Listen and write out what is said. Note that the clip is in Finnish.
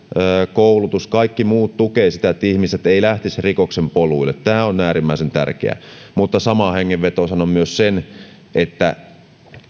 koulutus kaikki muut tukevat sitä että ihmiset eivät lähtisi rikoksen poluille tämä on äärimmäisen tärkeää mutta samaan hengenvetoon sanon myös sen että